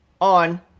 on